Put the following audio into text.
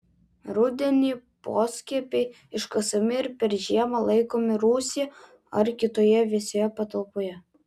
rudenį poskiepiai iškasami ir per žiemą laikomi rūsyje ar kitoje vėsioje patalpoje